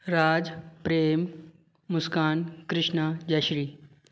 Raj Prem Muskan Krishna Jayashree